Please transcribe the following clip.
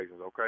okay